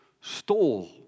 stole